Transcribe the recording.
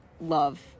love